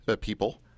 people